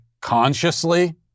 consciously